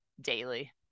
daily